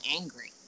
angry